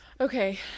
Okay